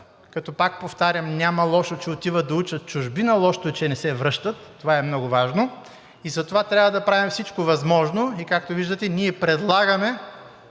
Пак повтарям: няма лошо, че отиват да учат в чужбина, лошото е, че не се връщат, а това е много важно и затова трябва да правим всичко възможно, както виждате ние го предлагаме,